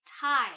tie